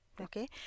Okay